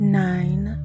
nine